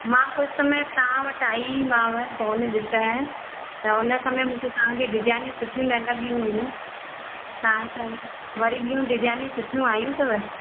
मां कुझु समय तव्हां वटि आईमांव सोनु ॾिसणु त हुन समय मूंखे तव्हांजी डिज़ाइनूं सुठियूं न लॻियूं हुयूं तव्हांसा वरी ॿियूं डिज़ाइनूं सुठियूं आयूं अथव